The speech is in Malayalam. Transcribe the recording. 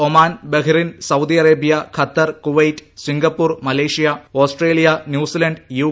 Oman Bahrain Saudi Arabia Qatar Kuwait Singapore Malaysia Australia New Zealand U